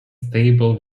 stable